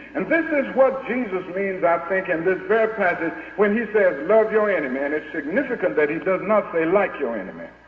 and this is what jesus means, i think, in this very passage when he says, love your enemy. and it's significant that he does not say, like your enemy.